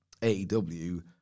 AEW